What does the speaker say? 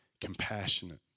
compassionate